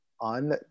on